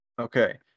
Okay